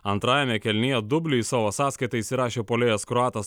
antrajame kėlinyje dublį į savo sąskaitą įsirašė puolėjas kroatas